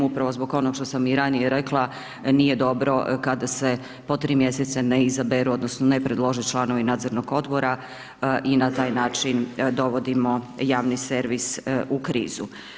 Upravo zbog ovo što sam i ranije rekla, nije dobro kada se po 3 mjeseca ne izaberu, odnosno, ne predlože članovi nadzornog odbora i na taj način dovodimo javni servis u krizu.